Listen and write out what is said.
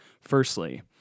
firstly